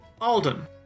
Alden